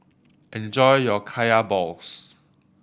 enjoy your Kaya balls